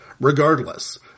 regardless